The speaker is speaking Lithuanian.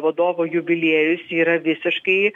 vadovo jubiliejus yra visiškai